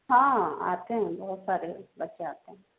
हाँ आते हैं बहुत सारे बच्चे आते हैं